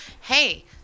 hey